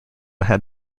had